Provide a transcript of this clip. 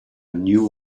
new